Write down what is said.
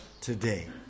today